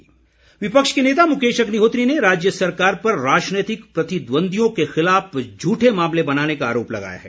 मुकेश विक्रमादित्य सिंह विपक्ष के नेता मुकेश अग्निहोत्री ने राज्य सरकार पर राजनीतिक प्रतिद्वंद्वियों के खिलाफ झूठे मामले बनाने का आरोप लगाया है